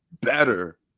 better